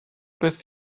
beth